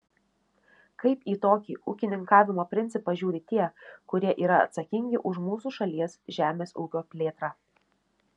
kaip į tokį ūkininkavimo principą žiūri tie kurie yra atsakingi už mūsų šalies žemės ūkio plėtrą